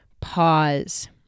Pause